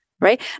right